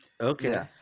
Okay